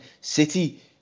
City